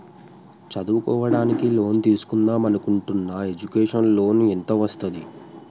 చదువుకోవడానికి లోన్ తీస్కుందాం అనుకుంటున్నా ఎడ్యుకేషన్ లోన్ ఎంత వస్తది?